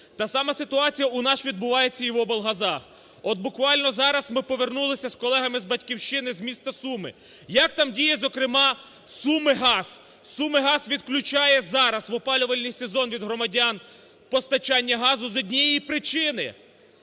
Та сама ситуація у нас відбувається і в облгазах. От буквально зараз ми повернулися з колегами з "Батьківщини" з міста Суми. Як там діє, зокрема, "Сумигаз?" "Сумигаз" відключає зараз, в опалювальний сезон, від громадян постачання газу з однієї причини: